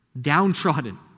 downtrodden